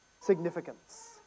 significance